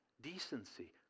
decency